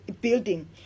building